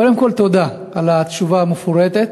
קודם כול, תודה על התשובה המפורטת.